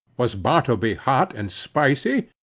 was bartleby hot and spicy?